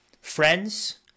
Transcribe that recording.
Friends